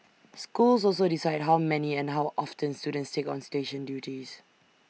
schools also decide how many and how often students take on station duties